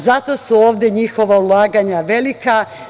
Zato su ovde njihova ulaganja velika.